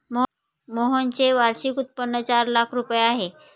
मोहनचे वार्षिक उत्पन्न चार लाख रुपये आहे